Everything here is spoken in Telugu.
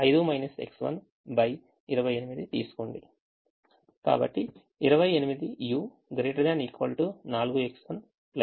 LCM 4X1 7 x 28 తీసుకోండి